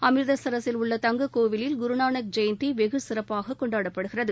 அமிர்தசரசில் உள்ள தங்க கோவிலில் குருநானக் ஜெயந்தி வெகு சிறப்பாக கொண்டாடப்படுகிறது